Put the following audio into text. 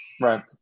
Right